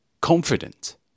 confident